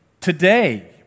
today